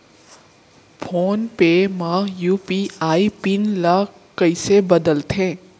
Phone पे म UPI PIN ल कइसे बदलथे?